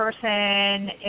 person